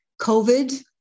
COVID